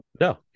No